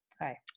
hi